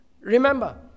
Remember